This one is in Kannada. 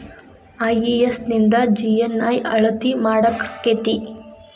ಐ.ಇ.ಎಸ್ ನಿಂದ ಜಿ.ಎನ್.ಐ ಅಳತಿ ಮಾಡಾಕಕ್ಕೆತಿ?